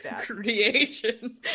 Creation